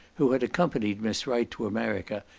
who had accompanied miss wright to america,